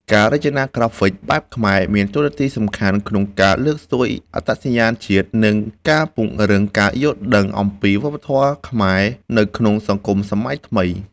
ការរចនាក្រាហ្វិកបែបខ្មែរមានតួនាទីសំខាន់ក្នុងការលើកស្ទួយអត្តសញ្ញាណជាតិ និងការពង្រឹងការយល់ដឹងអំពីវប្បធម៌ខ្មែរ នៅក្នុងសង្គមសម័យថ្មី។